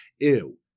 ew